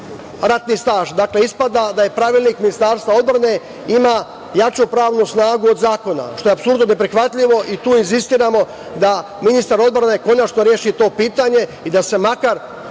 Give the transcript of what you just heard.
ratni staž. Dakle, ispada da Pravilnik Ministarstva odbrane ima jaču pravnu snagu od zakona, što je apsolutno neprihvatljivo. Tu insistiramo da ministar odbrane konačno reši to pitanje i da se makar